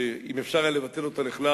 שאם אפשר היה לבטל אותה בכלל,